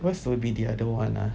what's will be the other one ah